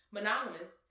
Monogamous